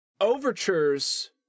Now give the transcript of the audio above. overtures